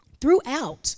throughout